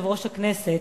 יושב-ראש הכנסת.